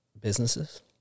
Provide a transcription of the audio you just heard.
businesses